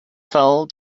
fell